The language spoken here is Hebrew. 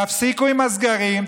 תפסיקו עם הסגרים,